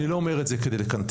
אני לא אומר את זה כדי לקנטר.